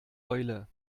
eule